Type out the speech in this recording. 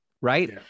right